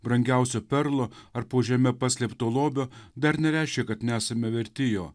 brangiausio perlo ar po žeme paslėpto lobio dar nereiškia kad nesame verti jo